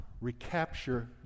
recapture